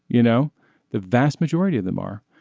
you know the vast majority of them are.